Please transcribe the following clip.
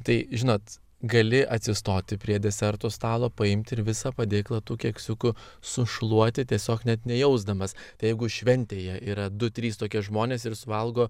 tai žinot gali atsistoti prie desertų stalo paimti ir visą padėklą tų keksiukų sušluoti tiesiog net nejausdamas tai jeigu šventėje yra du trys tokie žmonės ir suvalgo